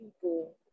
people